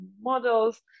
models